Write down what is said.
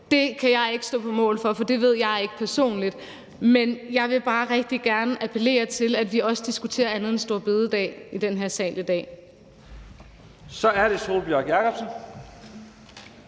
kan jeg ikke stå på mål for, for det ved jeg ikke personligt. Men jeg vil bare rigtig gerne appellere til, at vi også diskuterer andet end store bededag i den her sal i dag. Kl. 11:13 Første